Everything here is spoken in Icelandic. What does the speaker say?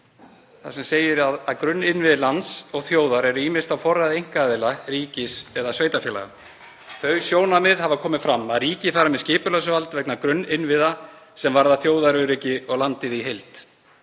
með leyfi forseta: „Grunninnviðir lands og þjóðar eru ýmist á forræði einkaaðila, ríkis eða sveitarfélaga. Þau sjónarmið hafa komið fram að ríkið fari með skipulagsvald vegna grunninnviða sem varða þjóðaröryggi og landið í heild.“